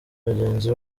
abagenzi